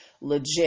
legit